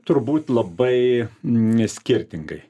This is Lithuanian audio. turbūt labai skirtingai